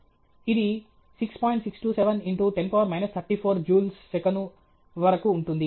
627 x 10 34 joules సెకను వరకు ఉంటుంది